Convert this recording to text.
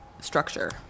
structure